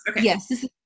Yes